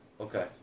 Okay